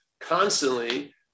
constantly